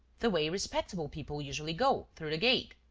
the way respectable people usually go through the gate.